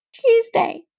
tuesday